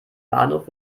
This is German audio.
bahnhof